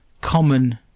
common